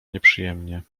nieprzyjemnie